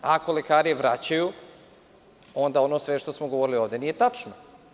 Ako lekari vraćaju, onda ono sve što smo govorili ovde nije tačno.